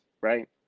right